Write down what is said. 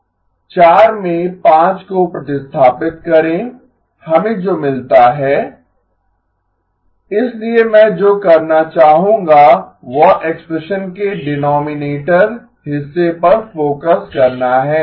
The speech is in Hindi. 4 में 5 को प्रतिस्थापित करें हमें जो मिलता है इसलिए मैं जो करना चाहूंगा वह एक्सप्रेशन के डीनोमीनेटर हिस्से पर फोकस करना है